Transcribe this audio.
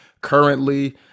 currently